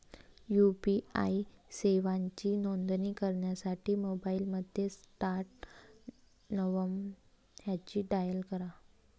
UPI सेवांची नोंदणी करण्यासाठी मोबाईलमध्ये स्टार नव्वद हॅच डायल करा